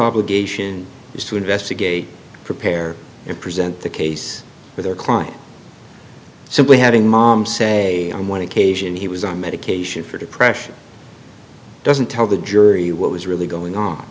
obligation is to investigate prepare and present the case for their crimes simply having mom say on one occasion he was on medication for depression doesn't tell the jury what was really going on